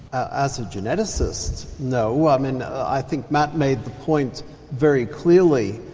ah as a geneticist, no. um and i think matt made the point very clearly.